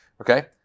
okay